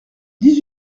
dix